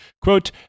quote